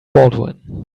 baldwin